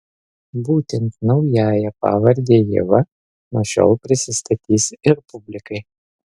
būtent naująja pavarde ieva nuo šiol prisistatys ir publikai